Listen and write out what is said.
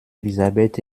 elizabeth